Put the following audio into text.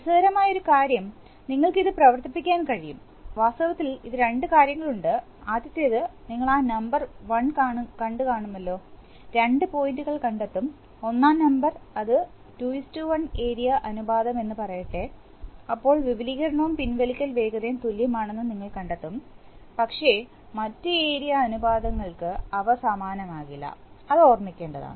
രസകരമായ ഒരു കാര്യം നിങ്ങൾക്ക് ഇത് പ്രവർത്തിപ്പിക്കാൻ കഴിയും വാസ്തവത്തിൽ ഇത് രണ്ട് കാര്യങ്ങളുണ്ട് ആദ്യത്തേത് നിങ്ങൾ ആ നമ്പർ 1കണ്ടുകാണുമല്ലോ രണ്ട് പോയിന്റുകൾ കണ്ടെത്തും ഒന്നാം നമ്പർ അത് 21 ഏരിയ അനുപാതം എന്ന് പറയട്ടെ അപ്പോൾ വിപുലീകരണവും പിൻവലിക്കൽ വേഗതയും തുല്യമാണെന്ന് നിങ്ങൾ കണ്ടെത്തും പക്ഷേ മറ്റ് ഏരിയ അനുപാതങ്ങൾക്ക് അവ സമാനമാകില്ല അത് ഓർമ്മിക്കേണ്ടതാണ്